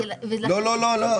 לא, לא.